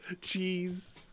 Cheese